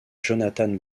jonathan